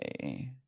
Okay